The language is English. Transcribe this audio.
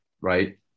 right